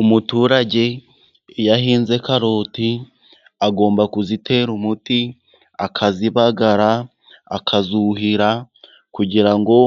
Umuturage iyo ahinze karoti, agomba kuzitera umuti, akazibagara, akazuhira, kugira ngo